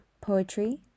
poetry